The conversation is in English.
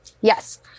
Yes